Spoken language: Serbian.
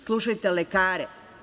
Slušajte lekare.